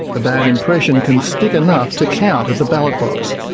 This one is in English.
a bad impression can stick enough to count at the ballot box.